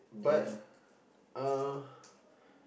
but uh